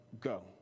go